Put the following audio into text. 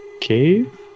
cave